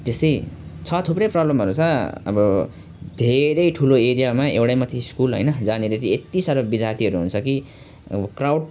त्यस्तै छ थुप्रै प्रब्लमहरू छ अब धेरै ठुलो एरियामा एउटा मात्र स्कुल होइन जहाँनेरि चाहिँ यति साह्रो विद्यार्थीहरू हुन्छ कि अब क्राउड